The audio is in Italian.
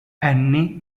annie